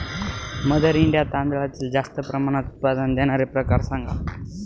mother India तांदळातील जास्त प्रमाणात उत्पादन देणारे प्रकार सांगा